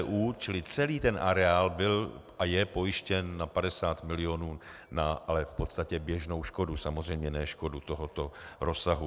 VTÚ, čili celý areál byl a je pojištěn na 50 mil. na ale v podstatě běžnou škodu, samozřejmě ne škodu tohoto rozsahu.